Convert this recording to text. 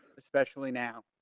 especially now.